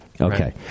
Okay